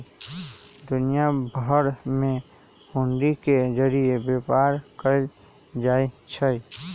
दुनिया भर में हुंडी के जरिये व्यापार कएल जाई छई